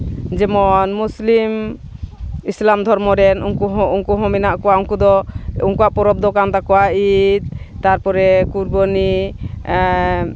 ᱡᱮᱢᱚᱱ ᱢᱩᱥᱞᱤᱢ ᱤᱥᱞᱟᱢ ᱫᱷᱚᱨᱢᱚ ᱨᱮᱱ ᱩᱱᱠᱩ ᱦᱚᱸ ᱩᱱᱠᱩ ᱦᱚᱸ ᱢᱮᱱᱟᱜ ᱠᱚᱣᱟ ᱩᱱᱠᱩ ᱫᱚ ᱩᱱᱠᱩᱣᱟᱜ ᱯᱚᱨᱚᱵᱽ ᱫᱚ ᱠᱟᱱ ᱛᱟᱠᱚᱣᱟ ᱤᱫ ᱛᱟᱨᱯᱚᱨᱮ ᱠᱩᱨᱵᱟᱱᱤ